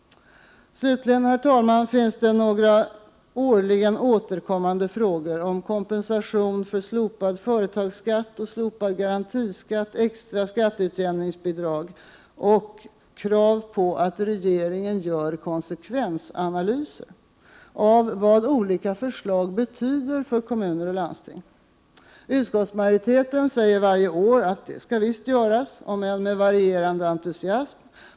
Slutligen, herr talman, finns det några årligen återkommande frågor om kompensation för slopad företagsskatt och slopad garantiskatt, extra skatteutjämningsbidrag och krav på att regeringen skall göra konsekvensanalyser av vad olika förslag betyder för kommuner och landsting. Utskottsmajoriteten säger varje år att sådana konsekvensanalyser skall göras, om än med varierande entusiasm.